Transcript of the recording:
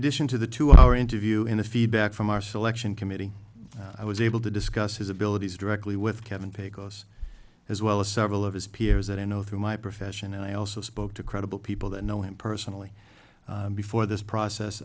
addition to the two hour interview in the feedback from our selection committee i was able to discuss his abilities directly with kevin pecos as well as several of his peers that i know through my profession and i also spoke to credible people that know him personally before this process